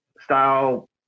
style